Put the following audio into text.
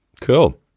Cool